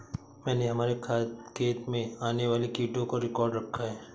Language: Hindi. मैंने हमारे खेत में आने वाले कीटों का रिकॉर्ड रखा है